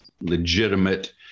legitimate